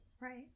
Right